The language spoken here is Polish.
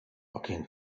ogień